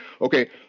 Okay